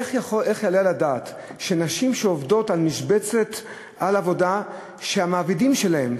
איך יעלה על הדעת שנשים עובדות על משבצת עבודה שהמעבידים שלהן,